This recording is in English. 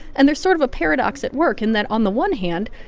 and there's sort of a paradox at work in that, on the one hand,